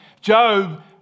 Job